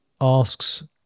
asks